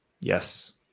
Yes